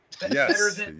Yes